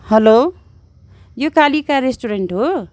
hello यो Kalika restaurant हो